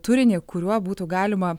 turinį kuriuo būtų galima